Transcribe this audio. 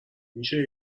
میشه